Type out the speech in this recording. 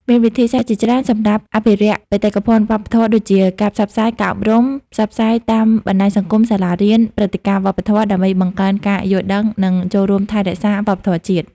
មានវិធីសាស្ត្រជាច្រើនសម្រាប់អភិរក្សបេតិកភណ្ឌវប្បធម៏ដូចជាការផ្សព្វផ្សាយ និងអប់រំ ផ្សព្វផ្សាយតាមបណ្តាញសង្គម សាលារៀន ព្រឹត្តិការណ៍វប្បធម៌ ដើម្បីបង្កើនការយល់ដឹង និង ចូលរួមថែរក្សាវប្បធម៌ជាតិ។